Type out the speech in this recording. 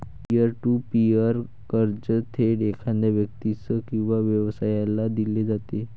pier to peer कर्ज थेट एखाद्या व्यक्तीस किंवा व्यवसायाला दिले जाते